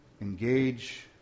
engage